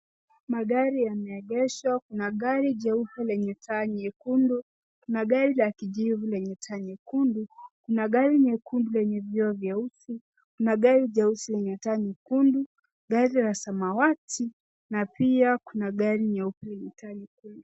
Magari yameegeshwa, kuna gari jeupe lenye taa nyekundu, kuna gari la kijivu lenye taa nyekundu, kuna gari nyekundu lenye vioo vyeusi, kuna gari jeusi lenye taa nyekundu, gari la samawati na pia kuna gari nyeupe lenye taa nyekundu.